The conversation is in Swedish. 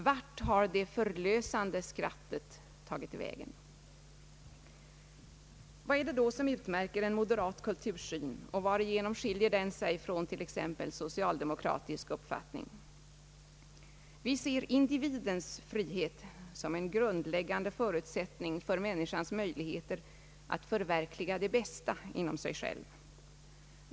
Vart har det förlösande: skrattet tagit vägen?» Vad är det då som utmärker en moderat kultursyn, och varigenom skiljer den sig från t.ex. en socialdemokratisk uppfattning? Vi ser individens frihet som en grundläggande förutsättning för män niskans möjligheter att förverkliga det bästa inom sig själv.